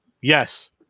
Yes